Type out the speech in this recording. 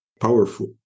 powerful